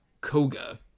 koga